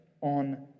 on